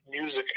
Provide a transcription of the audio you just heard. music